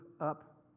up